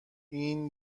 این